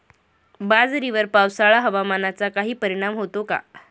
बाजरीवर पावसाळा हवामानाचा काही परिणाम होतो का?